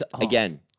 again